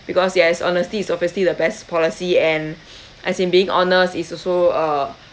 because yes honesty is obviously the best policy and as in being honest is also uh